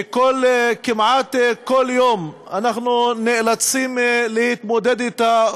שכמעט בכל יום אנחנו נאלצים להתמודד אתה,